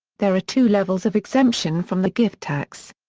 there are two levels of exemption from the gift tax.